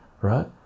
right